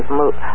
move